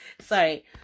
sorry